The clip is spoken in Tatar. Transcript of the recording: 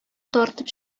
тартып